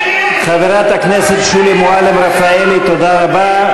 חברת הכנסת שולי מועלם-רפאלי, תודה רבה.